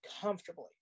comfortably